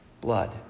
blood